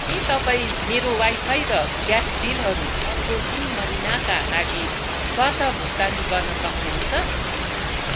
के तपाईँ मेरो वाइफाई र ग्यास बिलहरू अर्को तिन महिनाका लागि स्वतः भुक्तानी गर्न सक्नुहुन्छ